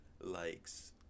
likes